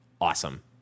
awesome